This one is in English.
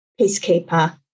peacekeeper